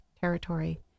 territory